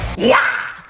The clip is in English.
yeah,